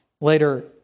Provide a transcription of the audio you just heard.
later